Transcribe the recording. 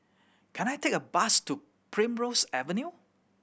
can I take a bus to Primrose Avenue